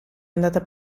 andata